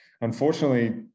unfortunately